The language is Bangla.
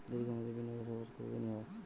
দীর্ঘ মেয়াদি বিনিয়োগের সর্বোচ্চ কত দিনের হয়?